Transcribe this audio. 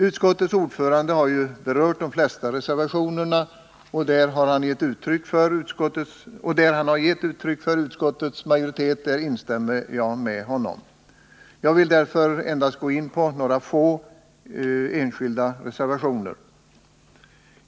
Utskottets ordförande har ju berört de flesta reservationerna, och där han har gett uttryck för utskottsmajoritetens uppfattning instämmer jag med honom. Jag vill därför endast gå in på några få enskilda reservationer.